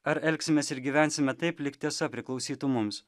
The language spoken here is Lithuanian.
ar elgsimės ir gyvensime taip lyg tiesa priklausytų mums